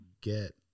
get